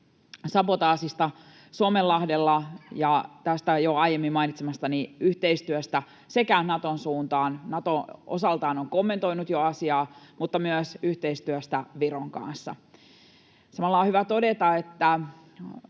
sabotaasista Suomenlahdella ja tästä jo aiemmin mainitsemastani yhteistyöstä sekä Naton suuntaan — Nato osaltaan on kommentoinut jo asiaa — mutta myös yhteistyöstä Viron kanssa. Samalla on hyvä todeta, että